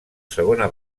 segona